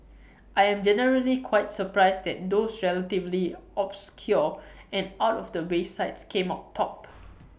I am generally quite surprised that those relatively obscure and out of the way sites came out top